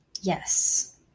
Yes